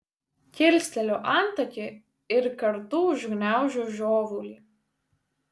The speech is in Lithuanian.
kilsteliu antakį ir kartu užgniaužiu žiovulį